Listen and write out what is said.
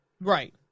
Right